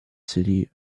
city